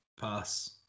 Pass